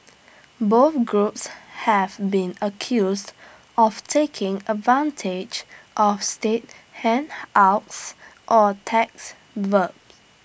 both groups have been accused of taking advantage of state handouts or tax verb